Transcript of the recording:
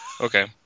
okay